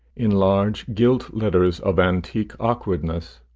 in large gilt letters of antique awkwardness,